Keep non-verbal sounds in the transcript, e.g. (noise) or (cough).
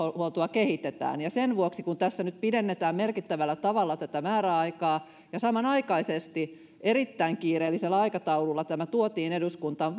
kehitetään sen vuoksi kun tässä nyt pidennetään merkittävällä tavalla tätä määräaikaa ja samanaikaisesti erittäin kiireellisellä aikataululla tämä tuotiin eduskuntaan (unintelligible)